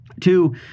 Two